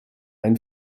einen